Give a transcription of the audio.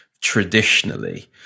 traditionally